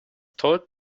told